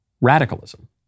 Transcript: radicalism